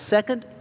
Second